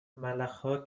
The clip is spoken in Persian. ملخها